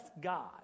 God